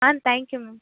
ah thank you ma'am